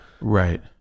right